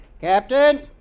Captain